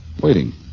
Waiting